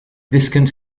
viscount